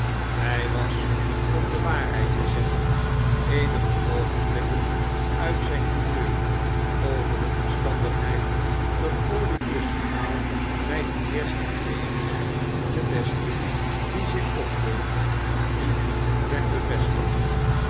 hij was om de waarheid te zeggen eenige oogenblikken uit zijn humeur over de omstandigheid dat olivier's verhaal bij de eerste gelegenheid de beste die zich opdeed niet werd bevestigd